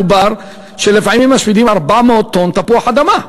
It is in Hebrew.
לפעמים משמידים 400 טונות תפוחי-אדמה.